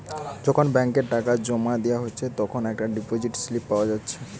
যখন ব্যাংকে টাকা জোমা দিয়া হচ্ছে তখন একটা ডিপোসিট স্লিপ পাওয়া যাচ্ছে